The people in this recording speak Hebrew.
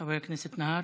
חבר הכנסת נהרי.